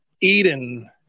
Eden